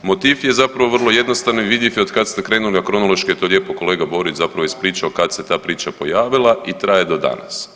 Motiv je zapravo vrlo jednostavan i vidljiv je od kad ste krenuli, a kronološki je to lijepo kolega Borić zapravo ispričao kad se ta priča pojavila i traje do danas.